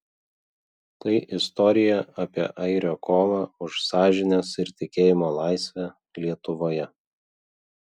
tai istorija apie airio kovą už sąžinės ir tikėjimo laisvę lietuvoje